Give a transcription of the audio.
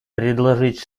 предложить